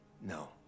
no